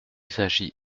s’agit